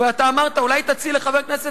ואתה אמרת: "אולי תציעי לחבר הכנסת